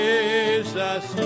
Jesus